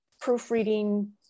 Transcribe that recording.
proofreading